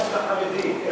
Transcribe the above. רק מהחרדים.